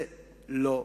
זה לא עובד.